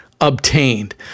obtained